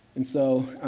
and so,